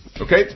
Okay